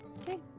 okay